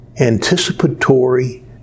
anticipatory